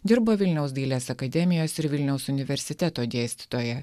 dirbo vilniaus dailės akademijos ir vilniaus universiteto dėstytoja